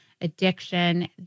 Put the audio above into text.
addiction